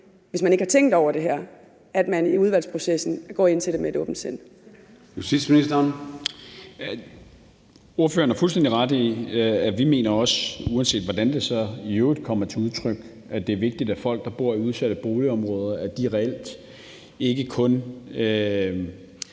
hvis man ikke har tænkt over det her – at man i udvalgsprocessen går ind til det med et åbent sind.